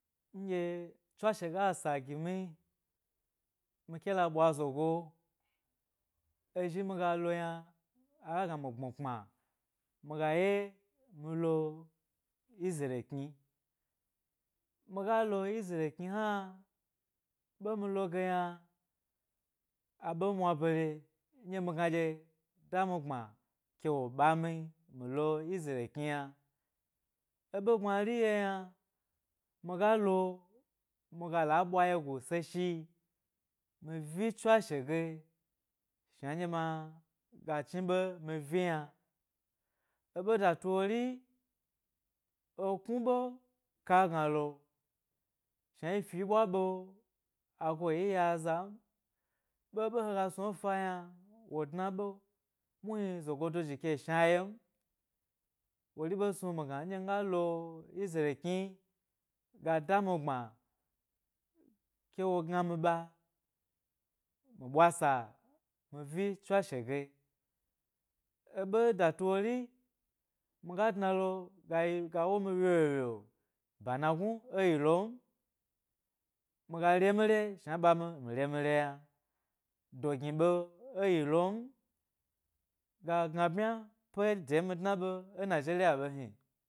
Nɗye tswashe ga esa gini mi ke la ɓwa zogo ezhi miga lo yna aga gbok gbok gna mi gbmi kpma mi ga ye mi lo isreal kni miga lo isreal kni hna ɓe mi lo ge yna aɓe mwa baare nɗye nugna dye miga lo isreal kni yna e ɓe gbmari nɗye yi yna, miga lo miga la ɓwa wyegu se shi mi vi tswashe ge shnan dye ma, mi ga chni ɓe mi vi yna. e ɓe datu wori eknu ɓe ka gna lo shna yi fi ɓwa ɓe agoyi ye aza m ɓeɓe hegasnu fa yna wo dna ɓe, mu hni zogo ke shna yem, wori ɓe snu migna nɗye miga lo isreal kni ga dami gbma ke wo gnami ɓa, mi ɓwasami vi tswashe ge. E ɓe datu wori, miga dualo, gayi gawom wyowyo, bana gnu eyi lom miga remi re shna dye ɓa mi mi remi re yna do gni ɓe eyi lom, ga gna bmya pe shna nɗye mi dna ɓe, e nigeria ɓe hni.